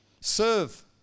Serve